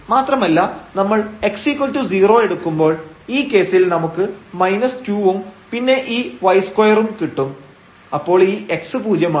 മാത്രമല്ല നമ്മൾ x0 എടുക്കുമ്പോൾ ഈ കേസിൽ നമുക്ക് 2 വും പിന്നെ ഈ y2 ഉംകിട്ടും അപ്പോൾ ഈ x പൂജ്യമാണ്